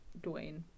Dwayne